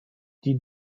die